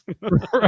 Right